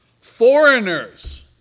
Foreigners